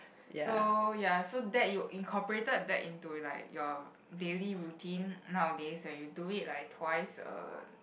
so ya so that you incorporated that into like your daily routine nowadays and you do it like twice a